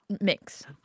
mix